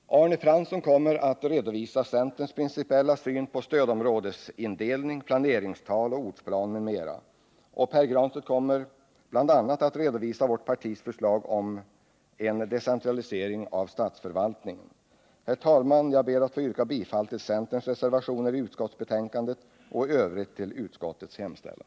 Arne Fransson kommer att redovisa centerns principiella syn på stödområdesindelningen, planeringstalen, ortsplanen m.m. Pär Granstedt kommer bl.a. att redovisa vårt partis förslag om en decentralisering av statsförvaltningen. Herr talman! Jag yrkar bifall till centerns reservationer i betänkandet och i övrigt bifall till utskottets hemställan.